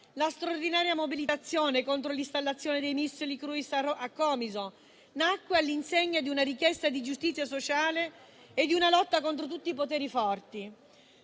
la straordinaria mobilitazione contro l'installazione dei missili Cruise a Comiso nacque all'insegna di una richiesta di giustizia sociale e di una lotta contro tutti i poteri forti.